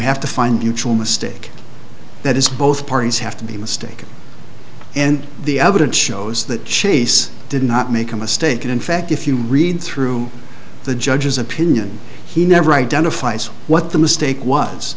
have to find usual mistake that is both parties have to be mistaken and the evidence shows that chase did not make a mistake and in fact if you read through the judge's opinion he never identifies what the mistake was